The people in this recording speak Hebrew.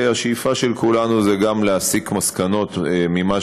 והשאיפה של כולנו היא גם להסיק מסקנות ממה